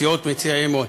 הסיעות מציעות האי-אמון,